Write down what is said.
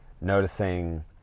Noticing